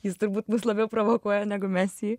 jis turbūt mus labiau provokuoja negu mes jį